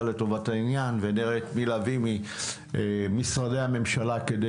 לטובת המדינה ונראה את מי להביא ממשרדי הממשלה כדי